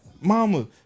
mama